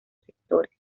sectores